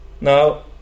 Now